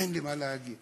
אין לו מה להגיד.